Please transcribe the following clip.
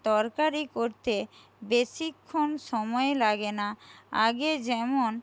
তরকারি করতে বেশিক্ষণ সময় লাগে না আগে যেমন